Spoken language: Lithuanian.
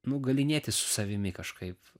nu galynėtis su savimi kažkaip